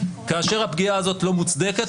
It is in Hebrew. כאשר הפגיעה הזאת לא מוצדקת,